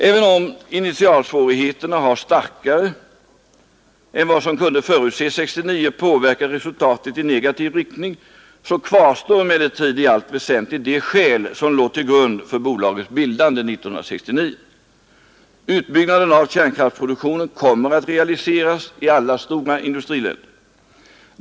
Även om initialsvårigheterna har starkare än vad som kunde förutses 1969 påverkat resultatet i negativ riktning, kvarstår i allt väsentligt de skäl som låg till grund för bolagets bildande 1969. Utbyggnaden av kärnkraftproduktionen kommer att realiseras i alla stora industriländer.